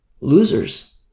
Losers